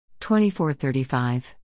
2435